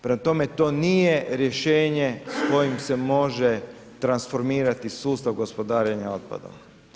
Prema tome, to nije rješenje s kojim se može transformirati sustav gospodarenja otpadom.